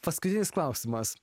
paskutinis klausimas